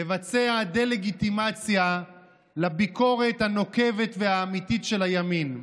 לבצע דה-לגיטימציה לביקורת הנוקבת והאמיתית של הימין.